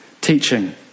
teaching